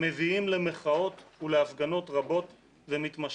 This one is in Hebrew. מביאים למחאות ולהפגנות רבות ומתמשכות.